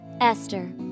Esther